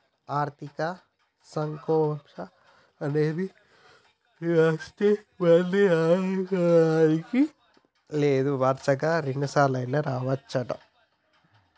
ఆర్థిక సంక్షోభం అనేది ఒక్కతూరి వస్తే మళ్ళీ రాదనుకోడానికి లేదు వరుసగా రెండుసార్లైనా రావచ్చంట